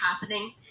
happening